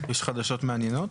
יש חדשות מעניינות?